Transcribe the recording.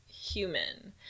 human